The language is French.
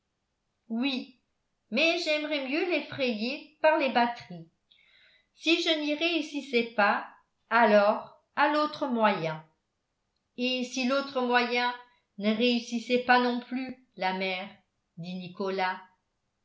oui mais j'aimerais mieux l'effrayer par les batteries si je n'y réussissais pas alors à l'autre moyen et si l'autre moyen ne réussissait pas non plus la mère dit nicolas